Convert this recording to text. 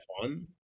fun